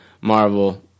Marvel